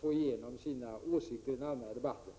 få ut sina åsikter i den allmänna debatten.